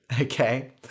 okay